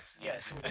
Yes